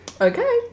Okay